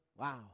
wow